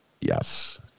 Yes